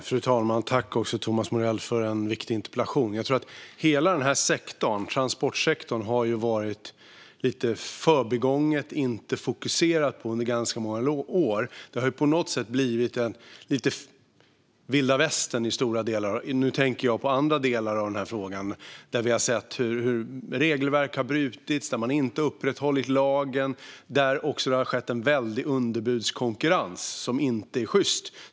Fru talman! Tack, Thomas Morell, för en viktig interpellation! Hela transportsektorn har varit lite förbigången och inte fokuserad på under ganska många år. Det har blivit lite vilda västern i stora delar. Nu tänker jag på andra delar av den här frågan, där vi har sett hur regelverk har brutits, att man inte upprätthållit lagen och att det har skett en väldig underbudskonkurrens som inte är sjyst.